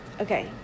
Okay